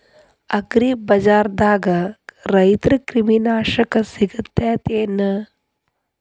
ಅಗ್ರಿಬಜಾರ್ದಾಗ ರೈತರ ಕ್ರಿಮಿ ನಾಶಕ ಸಿಗತೇತಿ ಏನ್?